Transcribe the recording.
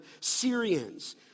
Syrians